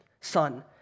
son